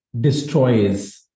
destroys